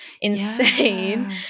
insane